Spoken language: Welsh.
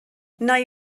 nai